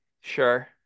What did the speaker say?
sure